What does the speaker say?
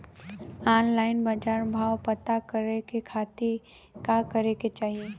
Online बाजार भाव पता करे के खाती का करे के चाही?